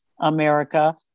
America